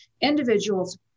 individuals